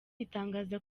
itangaza